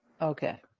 Okay